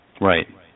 Right